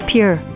Pure